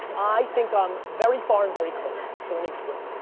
i think i'm very far and very close. so let me explain.